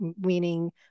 meaning